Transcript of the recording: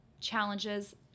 challenges